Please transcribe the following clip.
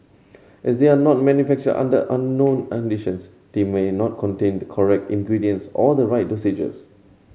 as they are no manufactured under unknown conditions they may not contain the correct ingredients or the right dosages